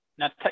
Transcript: Now